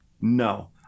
No